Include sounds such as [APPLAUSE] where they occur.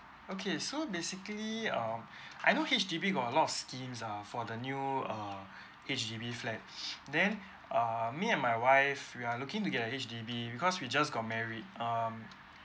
okay so basically um [BREATH] I know H_D_B got a lot of schemes ah for the new err H_D_B flat [BREATH] then err me and my wife we are looking to get a H_D_B because we just got married um